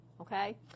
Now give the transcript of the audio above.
okay